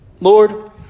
Lord